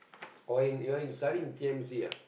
or in you're in studying in t_n_c ah